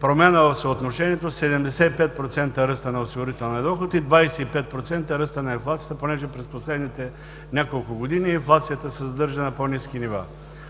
промяна в съотношението 75% ръст на осигурителния доход и 25% ръст на инфлацията, понеже през последните няколко години инфлацията се задържа на по-ниски нива.